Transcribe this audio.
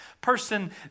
person